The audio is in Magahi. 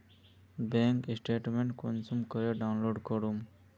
बैंक स्टेटमेंट कुंसम करे डाउनलोड करूम?